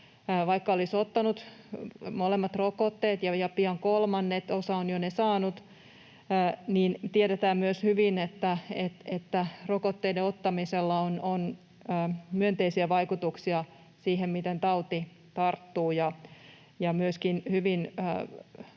vaikka olisi ottanut molemmat rokotteet ja pian kolmannet — osa on ne jo saanut — niin tiedetään myös hyvin, että rokotteiden ottamisella on myönteisiä vaikutuksia siihen, miten tauti tarttuu,